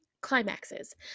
climaxes